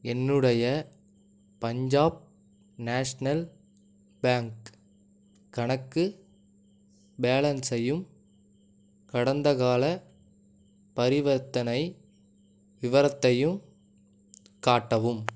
என்னுடைய Punjab national bank கணக்கு பேலன்ஸையும் கடந்தக்கால பரிவர்த்தனை விவரத்தையும் காட்டவும்